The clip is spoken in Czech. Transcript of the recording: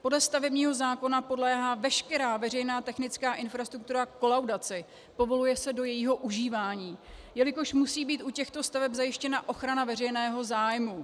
Podle stavebního zákona podléhá veškerá veřejná technická infrastruktura kolaudaci, povoluje se do jejího užívání, jelikož musí být u těchto staveb zajištěna ochrana veřejného zájmu.